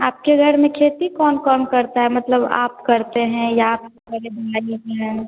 आपके घर में खेती कौन कौन करता है मतलब आप करते हैं या आपके बड़े भाई वगैरह हैं